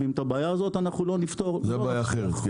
אם את הבעיה הזאת לא נפתור -- זאת בעיה אחרת,